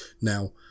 Now